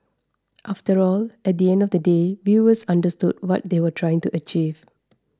after all at the end of the day viewers understood what they were trying to achieve